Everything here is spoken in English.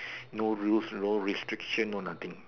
no rules no restrictions no nothing